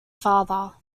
father